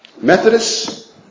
Methodists